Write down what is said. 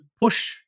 push